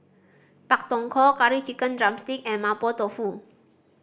Pak Thong Ko Curry Chicken drumstick and Mapo Tofu